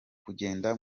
kugenda